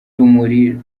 rumuri